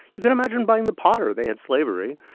you can imagine buying the potter they had slavery.